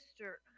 Mister